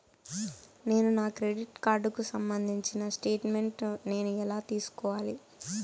నేను నా క్రెడిట్ కార్డుకు సంబంధించిన స్టేట్ స్టేట్మెంట్ నేను ఎలా తీసుకోవాలి?